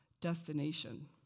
destination